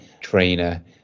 trainer